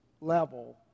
level